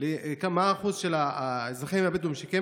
לשאלה מה הוא האחוז של האזרחים הבדואים שכן